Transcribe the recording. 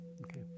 okay